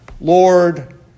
Lord